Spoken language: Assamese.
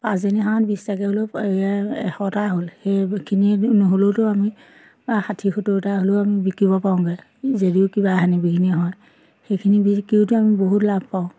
পাঁচজনী হাঁহত বিশটাকৈ হ'লেও এশটা হ'ল সেইখিনি নহ'লেওতো আমি ষাঠি সত্তৰটা হ'লেও আমি বিক্ৰীব পাৰোঁগৈ যদিও কিবা হানি বিঘিনি হয় সেইখিনি বিক্ৰীওতো আমি বহুত লাভ পাওঁ